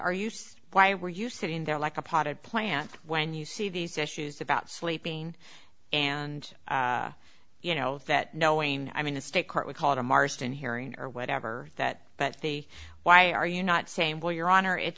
are you why were you sitting there like a potted plant when you see these issues about sleeping and you know that knowing i mean a state court would call it a marston hearing or whatever that but the why are you not saying well your honor it